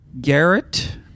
Garrett